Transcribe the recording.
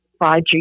5G